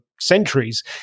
centuries